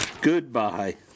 Goodbye